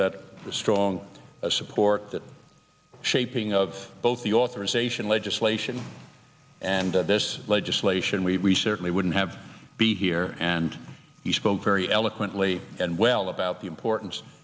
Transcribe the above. that strong support that shaping of both the authorization legislation and this legislation we certainly wouldn't have be here and he spoke very eloquently and well about the importance